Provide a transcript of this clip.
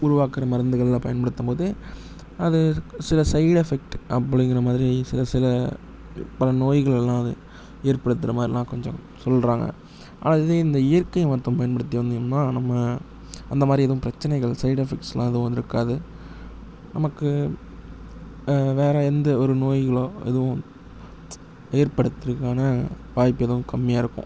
உருவாக்குற மருந்துகளெலாம் பயன்படுத்தும்போது அது சில சைட் எஃபெக்ட் அப்படிங்கிற மாதிரி சில சில பல நோய்கள் எல்லாம் அது ஏற்படுத்துகிற மாதிரிலாம் கொஞ்சம் சொல்கிறாங்க ஆனால் அது வந்து இந்த இயற்கை மருத்துவம் பயன்படுத்தி வந்தோம்னா நம்ம அந்த மாதிரி எதுவும் பிரச்சினைகள் சைடு எஃபெக்ட்ஸ்லாம் எதுவும் வந்துருக்காது நமக்கு வேறு எந்த ஒரு நோய்களோ எதுவும் ஏற்படுறக்கான வாய்ப்பு எதுவும் கம்மியாக இருக்கும்